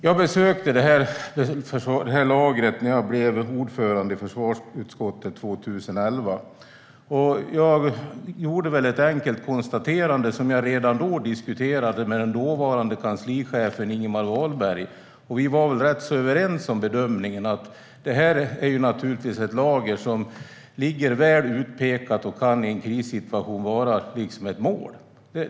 Jag besökte centralförrådet när jag blev ordförande i försvarsutskottet 2011 och gjorde ett enkelt konstaterande, som jag redan då diskuterade med den dåvarande kanslichefen Ingemar Wahlberg. Vi var rätt så överens om bedömningen att det naturligtvis är ett lager som ligger väl utpekat och som i en krissituation kan vara ett mål.